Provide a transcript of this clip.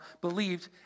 believed